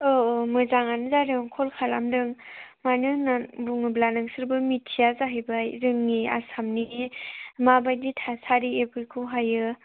औ औ मोजाङानो जादों क'ल खालामदों मानो होननानै बुङोब्ला नोंसोरबो मिथिया जाहैबाय जोंनि आसामनि माबायदि थासारि बेफोरखौहायो